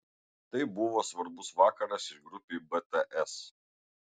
tai buvo svarbus vakaras ir grupei bts